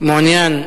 מעוניין לדבר,